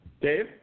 Dave